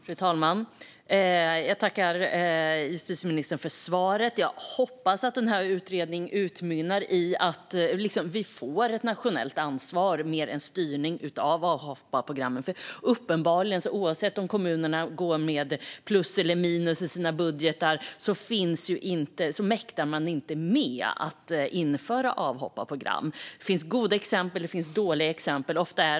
Fru talman! Jag tackar justitieministern för svaret. Jag hoppas att utredningen utmynnar i att vi får ett nationellt ansvar och en styrning av avhopparprogrammen. Uppenbarligen mäktar kommunerna inte med att införa sådana program, oavsett om de går med plus eller minus i sina budgetar. Det finns goda exempel, och det finns dåliga exempel.